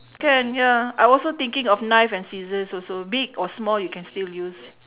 can ya I also thinking of knife and scissors also big or small you can still use